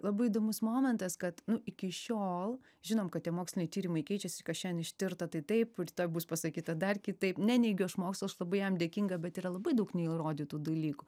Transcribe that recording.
labai įdomus momentas kad iki šiol žinome kad tie moksliniai tyrimai keičiasi kas šiandien ištirta tai taip rytoj bus pasakyta dar kitaip neneigiu aš mokslo aš labai jam dėkinga bet yra labai daug neįrodytų dalykų